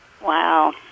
Wow